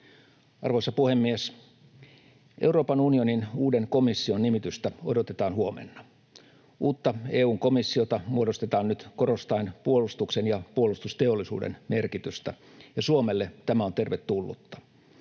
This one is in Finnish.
Arvoisa puhemies! Euroopan unionin uuden komission nimitystä odotetaan huomenna. Uutta EU:n komissiota muodostetaan nyt korostaen puolustuksen ja puolustusteollisuuden merkitystä, ja Suomelle tämä on tervetullutta.